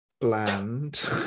bland